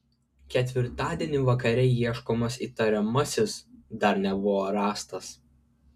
ketvirtadienį vakare ieškomas įtariamasis dar nebuvo rastas